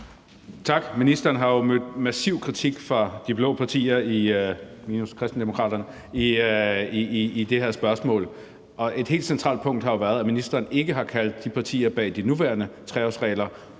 Tak. Ministeren har jo mødt massiv kritik fra de blå partiers side – minus Kristendemokraterne – i det her spørgsmål, og et helt centralt punkt har været, at ministeren ikke har kaldt de partier bag den nuværende 3-årsregel